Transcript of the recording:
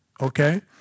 Okay